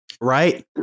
Right